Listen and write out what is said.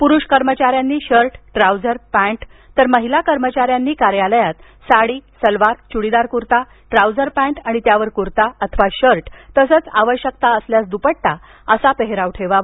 पुरुष कर्मचाऱ्यांनी shirt trouser pant तर महिला कर्मचाऱ्यांनी कार्यालयात साडी सलवार चु्डीदार कुर्ता ट्राउझर पॅन्ट आणि त्यावर कुर्ता अथवा शर्ट तसेच आवश्यकता असल्यास दुपट्टा असा पेहराव ठेवावा